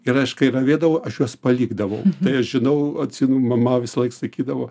ir aš kai ravėdavau aš juos palikdavau tai aš žinau atsimenu mama visąlaik sakydavo